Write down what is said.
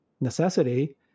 necessity